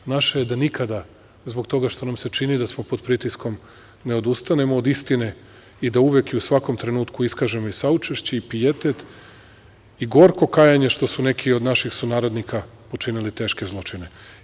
Naše je da nikada zbog toga što nam se čini da smo pod pritiskom ne odustanemo od istine i da uvek i u svakom trenutku iskažemo i saučešće i pijetet i gorko kajanje što su neki od naših sunarodnika počinili teške zločine.